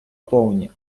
повні